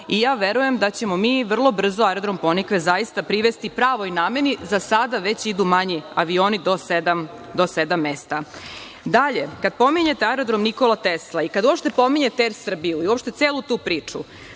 i ja verujem da ćemo mi vrlo brzo Aerodrom „Ponikve“ zaista privesti pravoj nameni. Za sada već idu mali avioni do sedam mesta. Kada pominjete Aerodrom „Nikola Tesla“ i kada uopšte pominjete „Er Srbiju“ i uopšte celu tu priču,